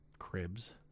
Cribs